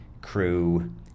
crew